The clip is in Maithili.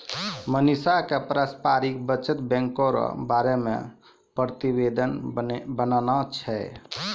मनीषा क पारस्परिक बचत बैंको र बारे मे प्रतिवेदन बनाना छै